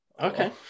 okay